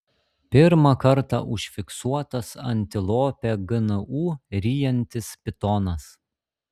pirmą kartą užfiksuotas antilopę gnu ryjantis pitonas